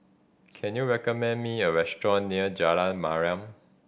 can you recommend me a restaurant near Jalan Mariam